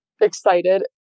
excited